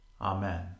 Amen